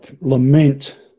lament